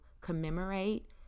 commemorate